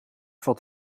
valt